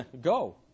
go